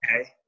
Okay